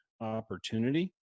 opportunity